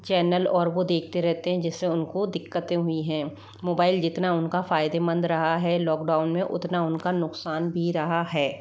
channel और वो देखते रहते हैं जिससे उनको दिक्कतें हुई हैं मोबाइल जितना उनका फायदेमंद रहा है लॉकडाउन में उतना उनका नुकसान भी रहा है